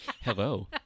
hello